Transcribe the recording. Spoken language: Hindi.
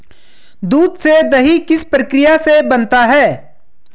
दूध से दही किस प्रक्रिया से बनता है?